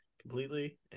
completely